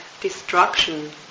destruction